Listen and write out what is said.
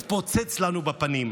זה התפוצץ לנו בפנים.